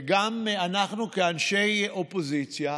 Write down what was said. גם אנחנו כאנשי אופוזיציה